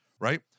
Right